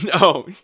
No